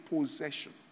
possession